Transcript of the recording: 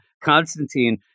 Constantine